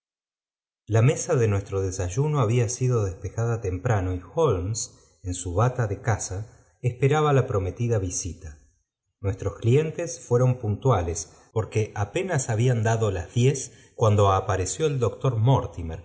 la mesa de nuestro desayunó había sido despejada temprano y holmes en su bata de casa esperaba la prometida visita nuestros clientes fueron puntuales porque apenas habían dado las diez cuando apartf el doctor